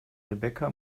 rebecca